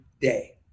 day